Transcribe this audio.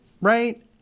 Right